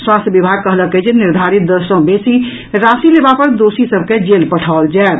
स्वास्थ्य विभाग कहलक अछि जे निर्धारित दर सॅ बेसी राशि लेबा पर दोषी सभ के जेल पठाओल जायत